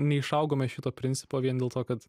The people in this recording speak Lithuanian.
neišaugome iš šito principo vien dėl to kad